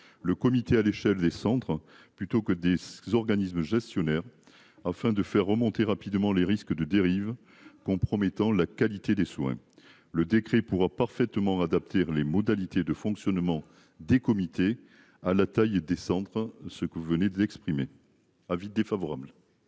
le comité à l'échelle des centres plutôt que des organismes gestionnaires afin de faire remonter rapidement les risques de dérive compromettant la qualité des soins. Le décret pourra parfaitement adapté les modalités de fonctionnement des comités à la taille et descendre ce que vous venez d'exprimer avis défavorable.